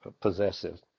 possessive